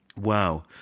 Wow